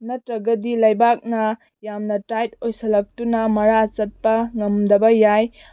ꯅꯠꯇ꯭ꯔꯒꯗꯤ ꯂꯩꯕꯥꯛꯅ ꯌꯥꯝꯅ ꯇꯥꯏꯠ ꯑꯣꯏꯁꯤꯜꯂꯛꯇꯨꯅ ꯃꯔꯥ ꯆꯠꯄ ꯉꯝꯗꯕ ꯌꯥꯏ